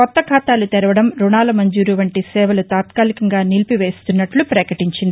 కొత్త ఖాతాలు తెరవడం రుణాల మంజూరు వంటి సేవలు తాత్కాలికంగా నిలిపివేస్తున్నట్ల ప్రపకటించింది